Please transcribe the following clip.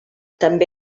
també